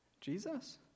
Jesus